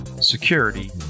security